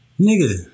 Nigga